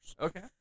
Okay